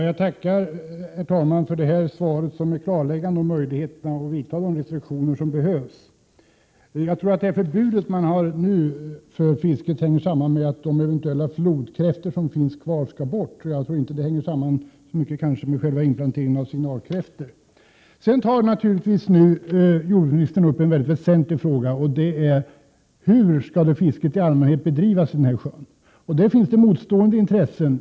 Herr talman! Jag tackar för detta svar, som är klarläggande när det gäller möjligheterna att införa de restriktioner som behövs. Jag tror att det förbud man nu har för fisket hänger samman med att de eventuella flodkräftor som finns kvar skall bort, och jag tror inte att det hänger samman med själva inplanteringen av signalkräftor. Sedan tar jordbruksministern upp en mycket väsentlig fråga: Hur skall fisket i allmänhet bedrivas i den här sjön? Det finns motstående intressen.